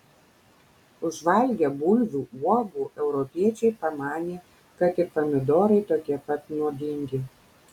užvalgę bulvių uogų europiečiai pamanė kad ir pomidorai tokie pat nuodingi